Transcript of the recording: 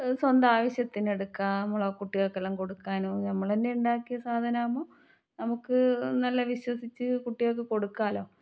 സ്വന്തം ആവശ്യത്തിനെടുക്കാം നമ്മള കുട്ടികൾക്കെല്ലാം കൊടുക്കാനും ഞമ്മള് തന്നെ ഉണ്ടാക്കിയ സാധനമാകുമ്പോൾ നമുക്ക് നല്ല വിശ്വസിച്ച് കുട്ടികൾക്ക് കൊടുക്കാമല്ലോ